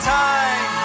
time